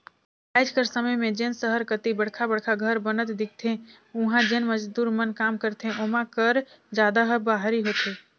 आएज कर समे में जेन सहर कती बड़खा बड़खा घर बनत दिखथें उहां जेन मजदूर मन काम करथे ओमा कर जादा ह बाहिरी होथे